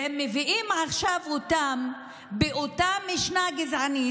והם מביאים עכשיו אותם באותה משנה גזענית,